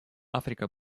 африка